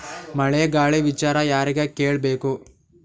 ಮಳೆ ಗಾಳಿ ವಿಚಾರ ಯಾರಿಗೆ ಕೇಳ್ ಬೇಕು?